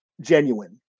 genuine